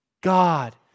God